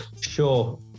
Sure